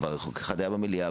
כבר חוק אחד היה במליאה,